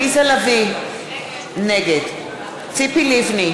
בעד עליזה לביא, נגד ציפי לבני,